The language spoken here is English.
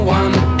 one